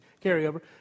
carryover